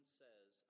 says